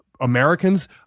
Americans